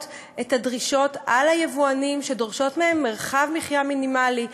את הדרישות מהיבואנים למרחב מחיה מינימלי.